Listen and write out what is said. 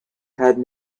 had